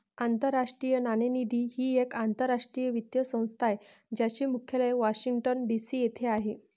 आंतरराष्ट्रीय नाणेनिधी ही एक आंतरराष्ट्रीय वित्तीय संस्था आहे ज्याचे मुख्यालय वॉशिंग्टन डी.सी येथे आहे